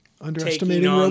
Underestimating